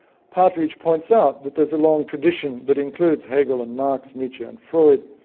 partridge points out that there's a long tradition that includes hegel and marx, nietzsche and freud,